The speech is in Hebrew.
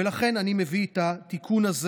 ולכן אני מביא את התיקון הזה